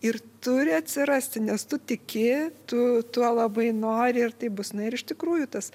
ir turi atsirasti nes tu tiki tu tuo labai nori ir tai bus na ir iš tikrųjų tas